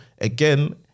again